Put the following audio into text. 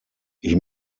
ich